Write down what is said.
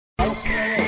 okay